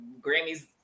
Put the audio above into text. Grammys